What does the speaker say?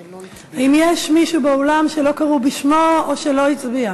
שלא קראו בשמו או שלא הצביע?